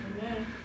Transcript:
Amen